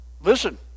listen